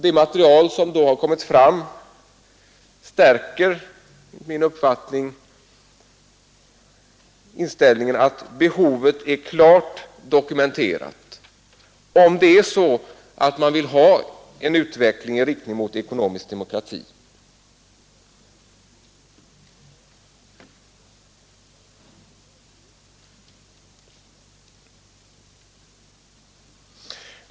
Det material som därvid kommit fram styrker, som jag ser det, uppfattningen att behovet är klart dokumenterat, om man vill ha en utveckling i riktning mot ekonomisk demokrati.